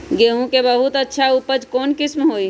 गेंहू के बहुत अच्छा उपज कौन किस्म होई?